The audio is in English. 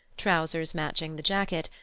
trousers matching the jacket,